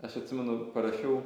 aš atsimenu parašiau